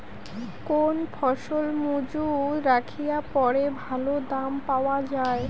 কোন ফসল মুজুত রাখিয়া পরে ভালো দাম পাওয়া যায়?